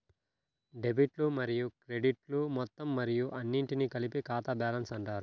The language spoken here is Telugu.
డెబిట్లు మరియు క్రెడిట్లు మొత్తం మరియు అన్నింటినీ కలిపి ఖాతా బ్యాలెన్స్ అంటారు